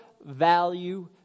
value